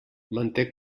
manté